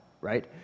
right